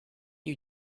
you